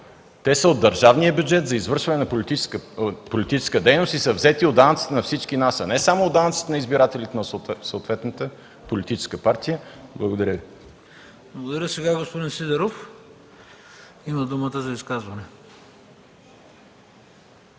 те са от държавния бюджет за извършване на политическа дейност и са взети от данъците на всички нас, а не само от данъците на избирателите на съответната политическа партия. Благодаря Ви. ПРЕДСЕДАТЕЛ ХРИСТО БИСЕРОВ: Благодаря. Сега господин Сидеров има думата за изказване.